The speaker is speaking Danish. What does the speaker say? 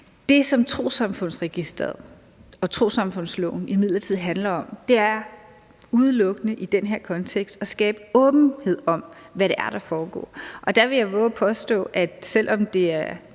Det, som Trossamfundsregistret og trossamfundsloven imidlertid handler om, er i den her kontekst udelukkende at skabe åbenhed om, hvad det er, der foregår. Der vil jeg vove at påstå, at selv om det er